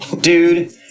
dude